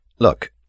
Look